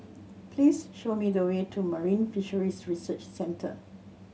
please show me the way to Marine Fisheries Research Centre